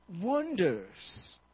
wonders